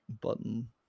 button